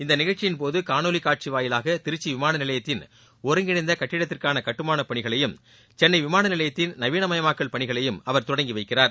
இந்தநிகழ்ச்சியின்போதுகாணொலிகாட்சிவாயிலாகதிருச்சிவிமானநிலையத்தின் ஒருங்கிணைந்தகட்டிடத்திற்கானகட்டுமானப் சென்னைவிமானநிலையத்தின் பணிகளையும் நவீனமயமாக்கல் பணிகளையும் அவர் தொடங்கிவைக்கிறார்